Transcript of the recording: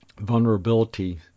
vulnerability